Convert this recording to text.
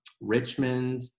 Richmond